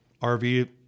RV